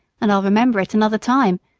and i'll remember it another time,